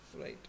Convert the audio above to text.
right